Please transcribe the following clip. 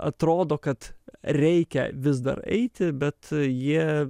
atrodo kad reikia vis dar eiti bet jie